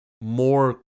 more